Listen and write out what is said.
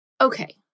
Okay